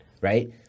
right